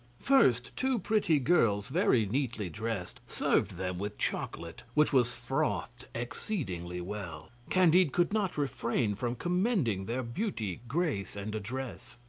first, two pretty girls, very neatly dressed, served them with chocolate, which was frothed exceedingly well. candide could not refrain from commending their beauty, grace, and address.